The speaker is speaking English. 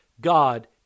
God